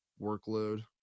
workload